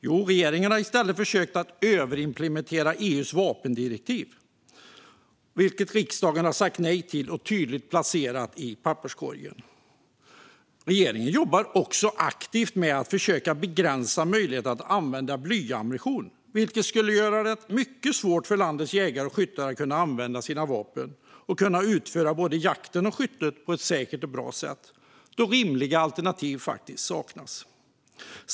Jo, regeringen har försökt överimplementera EU:s vapendirektiv, ett förslag som riksdagen har sagt nej till och tydligt placerat i papperskorgen. Regeringen jobbar också aktivt med att försöka begränsa möjligheten att använda blyammunition, vilket skulle göra det mycket svårt för landets jägare och skyttar att använda sina vapen och utföra både jakten och skyttet på ett säkert och bra sätt, då rimliga alternativ saknas.